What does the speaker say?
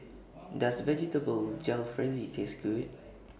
Does Vegetable Jalfrezi Taste Good